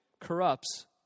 corrupts